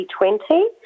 2020